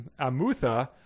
Amutha